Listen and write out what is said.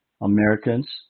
Americans